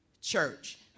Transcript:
church